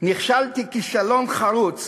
נכשלתי כישלון חרוץ